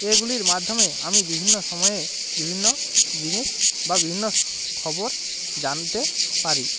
এগুলির মাধ্যমে আমি বিভিন্ন সময়ে বিভিন্ন জিনিস বা বিভিন্ন খবর জানতে পারি